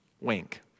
Wink